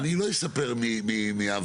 אני לא אספר מעברי,